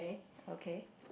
okay